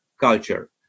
culture